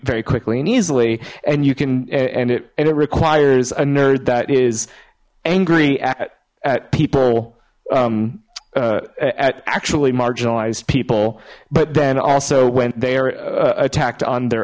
very quickly and easily and you can and and it requires a nerd that is angry at people at actually marginalized people but then also when they are attacked on their